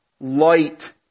light